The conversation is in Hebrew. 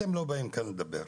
אתם לא באים לכאן לדבר,